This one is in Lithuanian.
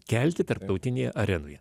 kelti tarptautinėje arenoje